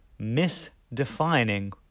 misdefining